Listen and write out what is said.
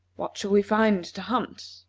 what shall we find to hunt?